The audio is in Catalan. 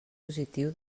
positiu